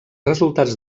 resultats